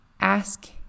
Ask